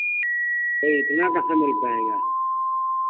तो इतना कहाँ मिल पाएगा